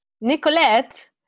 Nicolette